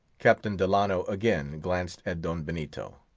captain delano again glanced at don benito,